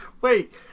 Wait